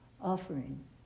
offering